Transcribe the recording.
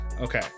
Okay